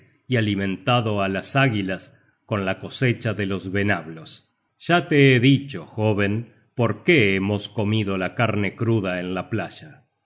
y alimentado á las águilas con la cosecha de de los venablos ya te he dicho jóven porqué hemos comido la carne cruda en la playa